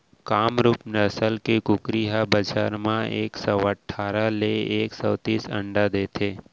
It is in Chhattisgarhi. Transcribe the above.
कामरूप नसल के कुकरी ह बछर म एक सौ अठारा ले एक सौ तीस अंडा देथे